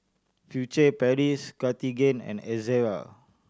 Furtere Paris Cartigain and Ezerra